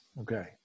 Okay